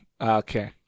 okay